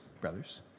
brothers